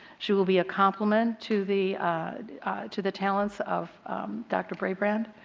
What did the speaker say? she will be a complement to the to the talents of dr. brabrand.